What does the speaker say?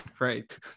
right